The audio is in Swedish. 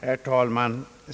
Herr talman!